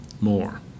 more